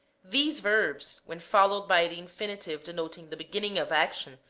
these verbs, when followed by the infinitive deno ting the beginning of action,